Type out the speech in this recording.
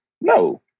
no